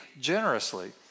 generously